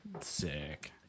Sick